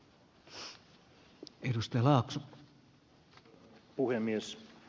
arvoisa puhemies